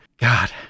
God